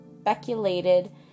speculated